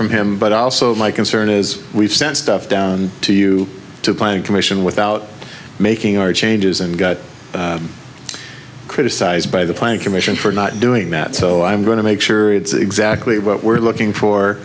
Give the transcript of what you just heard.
from him but also my concern is we've sent stuff down to you to buy a commission without making our changes and got criticized by the planning commission for not doing that so i'm going to make sure it's exactly what we're looking for